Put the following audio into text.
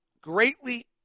greatly